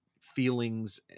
feelings